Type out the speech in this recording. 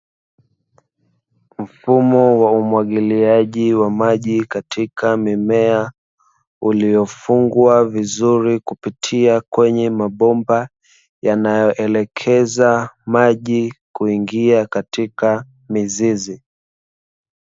Mfumo wa umwagiliaji wa maji katika mimea uliofungwa vizuri kupitia kwenye mabomba yanayoelekeza maji kuingia katika mizizi.